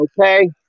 Okay